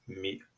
meet